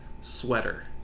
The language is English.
sweater